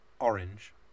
orange